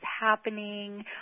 happening